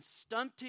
stunting